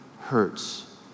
hurts